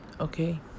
Okay